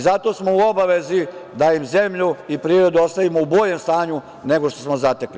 Zato smo u obavezi da im zemlju i prirodu ostavimo u boljem stanju nego što smo zatekli.